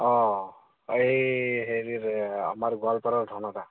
অঁ এই হেৰি আমাৰ গোৱালপাৰাৰ ধনদা